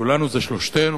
כולנו זה שלושתנו,